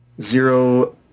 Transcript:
zero